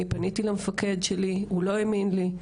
אני פניתי למפקד שלי והוא לא האמין לי,